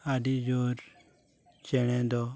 ᱟᱹᱰᱤ ᱡᱳᱨ ᱪᱮᱬᱮ ᱫᱚ